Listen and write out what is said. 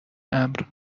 امر